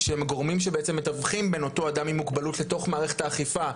שהם הגורמים שבעצם מתווכים בין אותו אדם עם מוגבלות לתוך מערכת האכיפה,